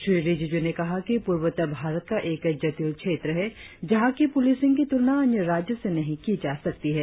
श्री रिजिजू ने कहा कि पूर्वोत्तर भारत का एक जटिल क्षेत्र है जहा की पुलिसिंग की तुलना अन्य राज्यों से नहीं की जा सकती है